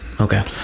Okay